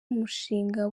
umushinga